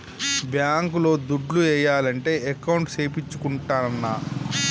bank లో దుడ్లు ఏయాలంటే అకౌంట్ సేపిచ్చుకుంటాన్న